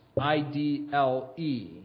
I-D-L-E